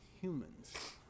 humans